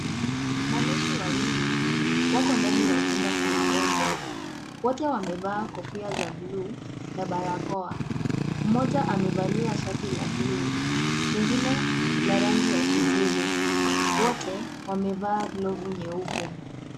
Manesi wawili wako katika chumba cha wagonjwa. Wote wamevalia kofia za buluu na barakoa. Mmoja amevalia shati la buluu, mwingine la rangi ya kijivu. Wote wamevaa glovu nyeupe.